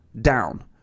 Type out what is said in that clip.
down